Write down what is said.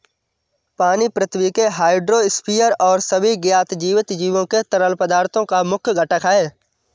पानी पृथ्वी के हाइड्रोस्फीयर और सभी ज्ञात जीवित जीवों के तरल पदार्थों का मुख्य घटक है